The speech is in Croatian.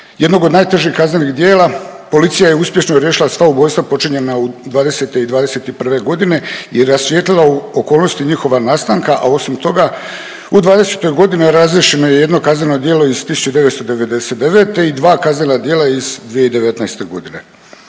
jednog od najtežih kaznenih djela, policija je uspješno riješila sva ubojstva počinjenja u, '20. i '21. g. i rasvijetlila okolnosti njihova nastanka, a osim toga, u '20. g. razriješeno je jedno kazneno djelo iz 1999. i dva kaznena djela iz 2019. g.